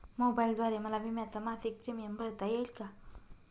मोबाईलद्वारे मला विम्याचा मासिक प्रीमियम भरता येईल का?